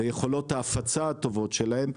ויכולות ההפצה הטובות שלהם,